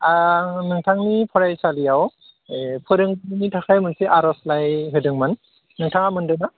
आं नोंथांनि फरायसालिआव फोरोंगिरिनि थाखाय मोनसे आरजलाइ होदोंमोन नोंथाङा मोन्दोंना